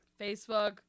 Facebook